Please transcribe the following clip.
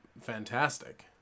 fantastic